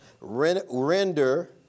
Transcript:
render